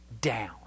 down